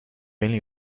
only